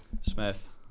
Smith